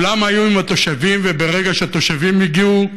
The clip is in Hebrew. כולם היו עם התושבים, וברגע שהתושבים הגיעו,